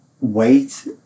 wait